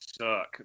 suck